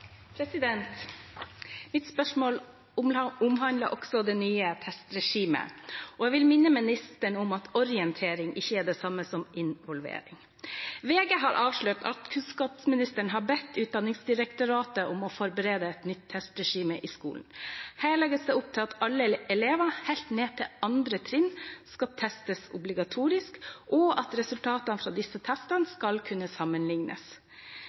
omhandler også det nye testregimet, og jeg vil minne ministeren om at orientering ikke er det samme som involvering. «VG har avslørt at kunnskapsministeren har bedt Utdanningsdirektoratet forberede et nytt testregime i skolen. Her legges det opp til at alle elever ned til 2. trinn skal testes obligatorisk, og at resultatene fra disse testene skal kunne